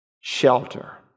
Shelter